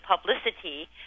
publicity